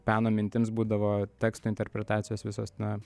peno mintims būdavo teksto interpretacijos visos na